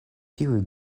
tiuj